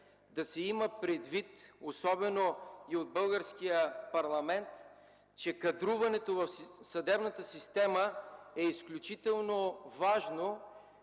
да се има предвид особено и от българския парламент, че кадруването в съдебната система е изключително важно,